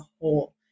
whole